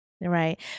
right